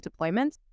deployments